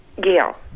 Gail